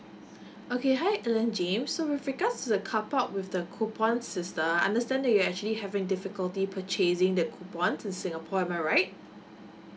okay hi alan james so with regards to the carpark with the coupon system I understand that your're actually having difficulty purchasing the coupon in singapore am I right